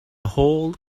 whole